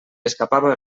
escapava